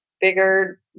bigger